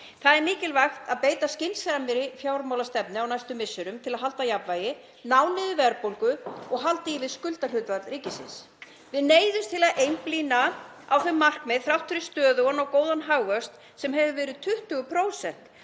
Það er mikilvægt að beita skynsamlegri fjármálastefnu á næstu misserum til að halda jafnvægi, ná niður verðbólgu og halda í við skuldahlutfall ríkisins. Við neyðumst til að einblína á þau markmið þrátt fyrir stöðugan og góðan hagvöxt sem hefur verið 20%